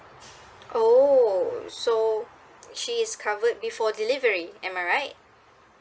oh so she's covered before delivery am I right